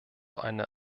eine